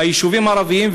ליישובים הערביים.